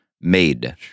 made